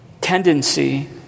tendency